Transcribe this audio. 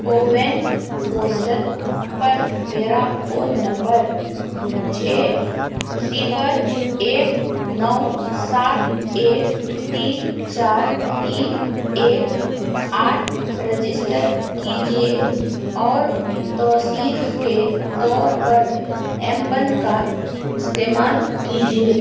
CoWIN postal پر میرا phone نمبر چھ صفر ایک نو سات ایک تین چار تین ایک آٹھ رجسٹر کیجیے اور توثیخ کے طور پر ایم پن کا استعمال کیجیے